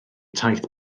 taith